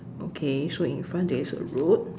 okay so in front there is a road